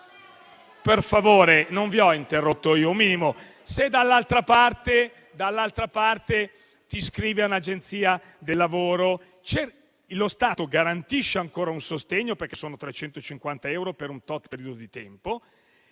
Per favore, io non vi ho interrotto. Se dall'altra parte ti iscrivi ad un'agenzia per il lavoro, lo Stato garantisce ancora un sostegno, perché sono 350 euro per un certo periodo di tempo.